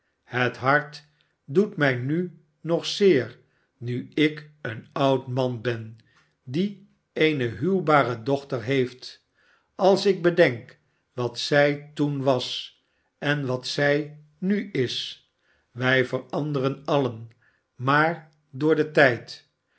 het hart doet mij nu nog zeer nu ik een oud man ben die eene huwbare dochter heeft als ik bedenk wat zij toen was en wat zij nu is wij veranderen alien maar door den tijd